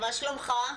מה שלומך?